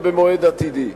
עתידי.